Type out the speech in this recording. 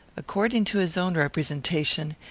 according to his own representation,